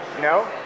No